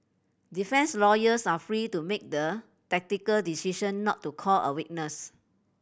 defence lawyers are free to make the tactical decision not to call a witness